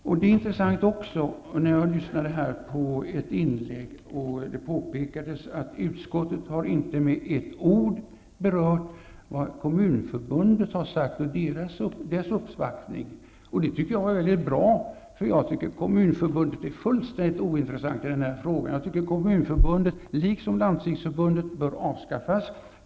I ett inlägg som jag lyssnade på påpekades att utskottet inte med ett ord har berört vad Kommunförbundet har sagt i den här frågan. Jag tycker att det var mycket bra, för enligt min mening är Kommunförbundet fullständigt ointressant i denna fråga. Jag tycker att Kommunförbundet liksom Landstingsförbundet bör avskaffas.